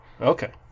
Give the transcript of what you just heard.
Okay